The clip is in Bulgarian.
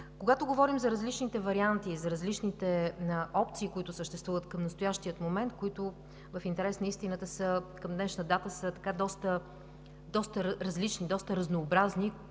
Когато говорим за различните варианти, за различните опции, които съществуват към настоящия момент, които в интерес на истината към днешна дата са доста различни, доста разнообразни,